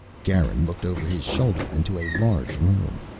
garin looked over his shoulder into a large room.